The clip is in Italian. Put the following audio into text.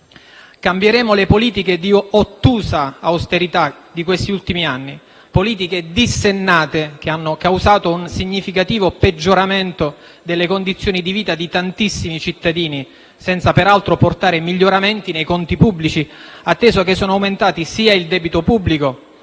Cambieremo le politiche di ottusa austerità di questi ultimi anni; politiche dissennate che hanno causato un significativo peggioramento delle condizioni di vita di tantissimi cittadini, senza peraltro portare miglioramenti nei conti pubblici, atteso che sono aumentati sia il debito pubblico,